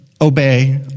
obey